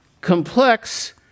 Complex